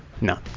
no